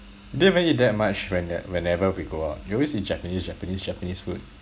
didn't even eat that much when uh whenever we go out you always eat japanese japanese japanese food